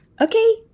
Okay